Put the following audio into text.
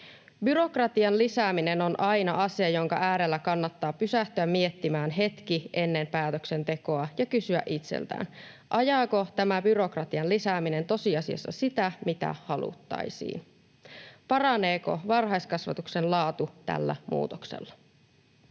Byrokratian lisääminen on aina asia, jonka äärellä kannattaa pysähtyä miettimään hetki ennen päätöksentekoa ja kysyä itseltään: Ajaako tämä byrokratian lisääminen tosiasiassa sitä, mitä haluttaisiin? Paraneeko varhaiskasvatuksen laatu tällä muutoksella?